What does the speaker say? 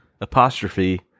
apostrophe